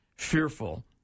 Fearful